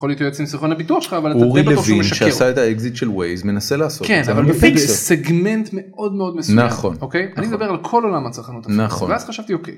יכול להתייעץ עם סוכן הביטוח שלך אבל אתה די בטוח שהוא משקר... אורי לוין, שעשה את האקזיט של ווייז, מנסה לעשות את זה.. כן אבל, בסגמנט מאוד מאוד מסויים. נכון. אוקיי. נכון. אני מדבר על כל עולם הצרכנות. נכון. ואז חשבתי, אוקיי...